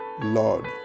Lord